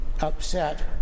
upset